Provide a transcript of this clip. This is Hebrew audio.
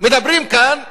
מדברים כאן על,